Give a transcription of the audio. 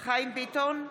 חיים ביטון,